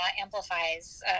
amplifies